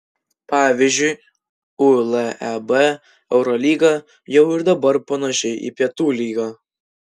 pavyzdžiui uleb eurolyga jau ir dabar panaši į pietų lygą